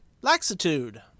Laxitude